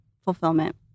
fulfillment